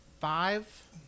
five